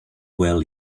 well